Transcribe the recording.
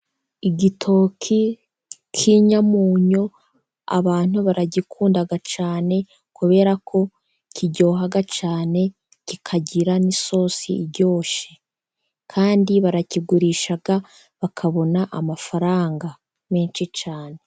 Igitoki k'inyamunyu abantu baragikunda cyane kubera ko kiryoha cyane, kikagira n'isosi iryoshye kandi barakigurisha bakabona amafaranga menshi cyane.